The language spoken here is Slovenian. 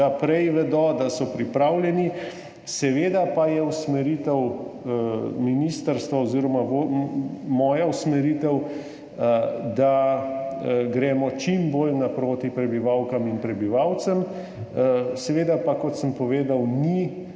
da prej vedo, da so pripravljeni. Seveda pa je usmeritev ministrstva oziroma moja usmeritev, da gremo čim bolj naproti prebivalkam in prebivalcem. Seveda pa, kot sem povedal, ni